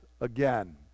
again